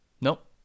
nope